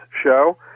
show